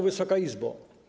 Wysoka Izbo!